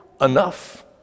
enough